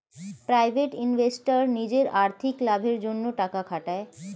private investor নিজের আর্থিক লাভের জন্যে টাকা খাটায়